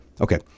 Okay